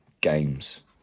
games